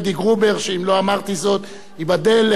ייבדל לחיים ארוכים,